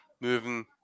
moving